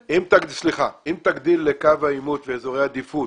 אם תגדיל לקו העימות ואזורי עדיפות